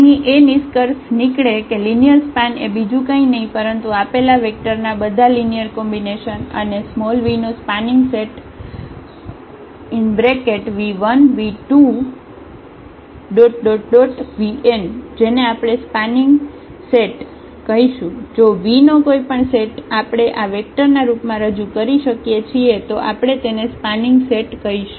અહીં નિષ્કર્ષ એ નીકળે છે કે લિનિયર સ્પાન એ બીજું કઈ નહિ પરંતુ આપેલા વેક્ટર ના બધા લિનિયર કોમ્બિનેશન અને v નો સ્પાનિંગ સેટ v1v2vn જેને આપણે સ્પાનિંગ સેટ કહીશું જો v નો કોઈપણ સેટ આપણે આ વેક્ટર ના રૂપમાં આ રજૂ કરી શકીએ છીએ તો આપણે તેને સ્પાનિંગ સેટ કહીશું